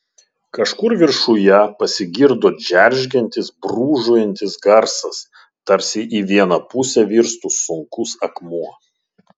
kažkur viršuje pasigirdo džeržgiantis brūžuojantis garsas tarsi į vieną pusę virstų sunkus akmuo